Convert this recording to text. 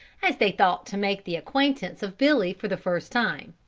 as they thought to make the acquaintance of billy for the first time.